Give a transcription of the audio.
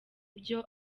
byo